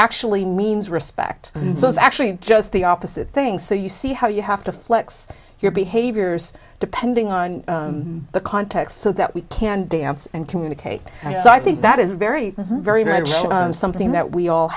actually means respect so it's actually just the opposite thing so you see how you have to flex your behaviors depending on the context so that we can dance and communicate and so i think that is very very very something that we all